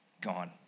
gone